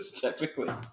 Technically